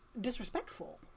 disrespectful